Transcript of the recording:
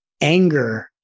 anger